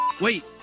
Wait